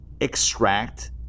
extract